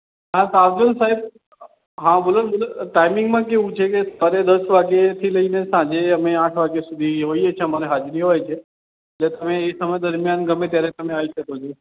હા તો આવજો ને સાહેબ હા બોલો ને બોલો ટાઈમિંગમાં કેવું છે કે સવારે દશ વાગ્યાથી લઈને સાંજે અમે આઠ વાગ્યા સુધી હોઈએ છીએ અમારે હાજરી હોય છે એટલે તમે એ સમય દરમિયાન ગમે ત્યારે તમે આવી શકો છો